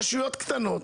רשויות קטנות,